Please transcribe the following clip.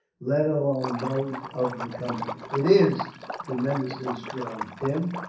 let alone those of the company. it is tremendously strong, tim,